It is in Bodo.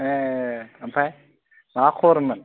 ए ओमफाय मा खबरमोन